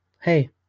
hey